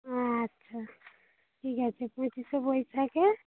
ও আচ্ছা ঠিক আছে পঁচিশে বৈশাখে